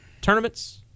tournaments